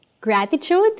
gratitude